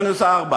מינוס 3,